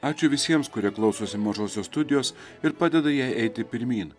ačiū visiems kurie klausosi mažosios studijos ir padeda jai eiti pirmyn